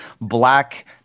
black